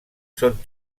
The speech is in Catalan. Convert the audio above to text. són